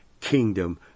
kingdom